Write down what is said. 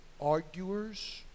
arguers